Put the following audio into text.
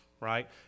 Right